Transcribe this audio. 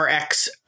RX